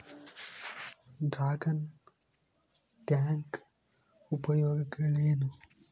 Dragon tank ಉಪಯೋಗಗಳೇನು?